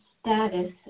status